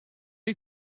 you